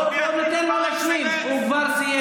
תודה.